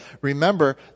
remember